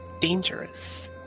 dangerous